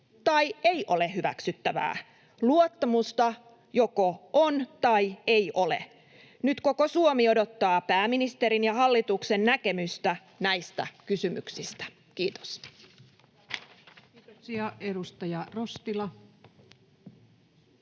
tai ei ole hyväksyttävää. Luottamusta joko on tai ei ole. Nyt koko Suomi odottaa pääministerin ja hallituksen näkemystä näistä kysymyksistä. — Kiitos. Kiitoksia. — Edustaja Rostila.